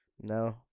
no